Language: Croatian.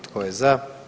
Tko je za?